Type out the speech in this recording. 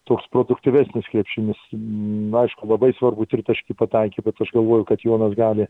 toks produktyvesnis krepšinis na aišku labai svarbų tritaškį pataikė bet aš galvoju kad jonas gali